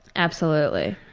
absolutely.